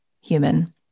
human